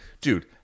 Dude